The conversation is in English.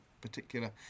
particular